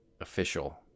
official